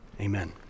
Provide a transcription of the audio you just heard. amen